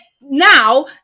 Now